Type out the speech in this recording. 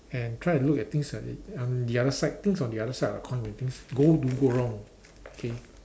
and try to look at things at the um the other side things on the other side of the coin when things go do go wrong okay